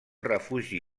refugi